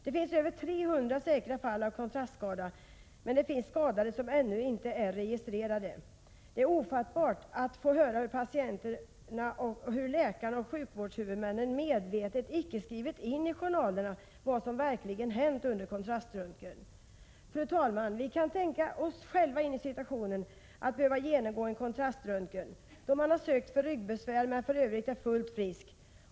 Det finns över 300 säkra fall av kontrastskada, men det finns skadade som ännu inte är registrerade. Det är ofattbart att få höra av patienterna hur läkare och sjukvårdshuvudmän medvetet inte skrivit i journalerna vad som verkligen hänt under kontraströntgen. Fru talman! Vi kan själva tänka oss in i situationen att behöva genomgå en kontraströntgen, då man sökt läkare för ryggbesvär men för övrigt varit fullt frisk.